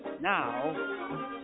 now